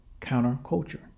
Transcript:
counterculture